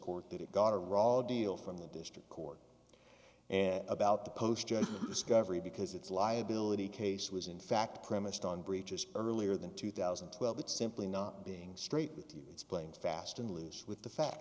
court that it got a raw deal from the district court and about the post discovery because its liability case was in fact premised on breaches earlier than two thousand and twelve it's simply not being straight with you it's playing fast and loose with the fact